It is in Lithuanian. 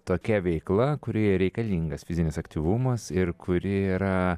tokia veikla kurioje reikalingas fizinis aktyvumas ir kuri yra